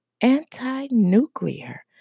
anti-nuclear